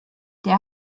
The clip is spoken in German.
der